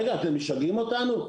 רגע, אתם משגעים אותנו?